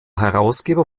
herausgeber